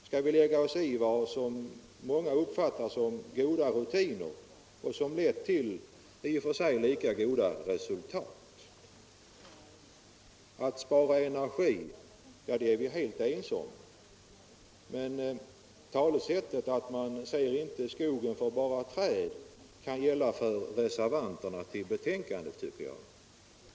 Skall vi lägga oss i vad många uppfattar som goda rutiner, vilka har lett till i och för sig lika goda resultat? Att spara energi är vi helt ense om, men talesättet att man inte ser skogen för bara träd tycker jag i detta fall gäller för reservanterna.